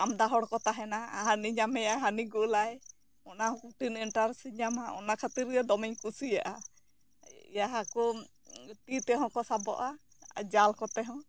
ᱟᱢᱫᱟ ᱦᱚᱲ ᱠᱚ ᱛᱟᱦᱮᱱᱟ ᱦᱟᱹᱱᱤ ᱧᱟᱢᱮᱭᱟᱭ ᱦᱟᱹᱱᱤ ᱜᱩᱞᱟᱭ ᱚᱱᱟ ᱦᱚᱸ ᱠᱩᱴᱷᱤᱱ ᱤᱱᱴᱟᱨᱮᱥ ᱤᱧ ᱧᱟᱢᱟ ᱚᱱᱟ ᱠᱷᱟᱹᱛᱤᱨ ᱜᱮ ᱫᱚᱢᱤᱧ ᱠᱩᱥᱤᱭᱟᱜᱼᱟ ᱦᱟᱹᱠᱩ ᱛᱤ ᱛᱮᱦᱚᱸ ᱠᱚ ᱥᱟᱵᱚᱜᱼᱟ ᱡᱟᱞ ᱠᱚᱛᱮ ᱦᱚᱸ